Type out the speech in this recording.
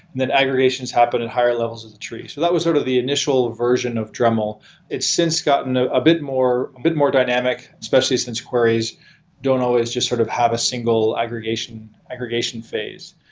then aggregations happen in higher levels of the tree. that was sort of the initial version of dremel it since gotten ah a bit more bit more dynamic, especially since queries don't always just sort of have a single aggregation aggregation phase.